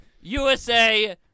USA